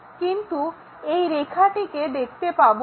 কিন্তু এই রেখাটিকে দেখতে পাবো না